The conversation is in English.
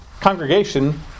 congregation